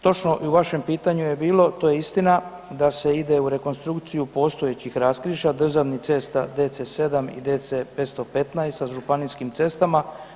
Točno, i u vašem pitanju je bilo, to je istina, da se ide u rekonstrukciju postojećih raskrižja državnih cesta DC 7 i DC 515 sa županijskim cestama.